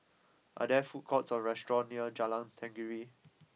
are there food courts or restaurants near Jalan Tenggiri